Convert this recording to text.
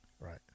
Right